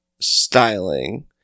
styling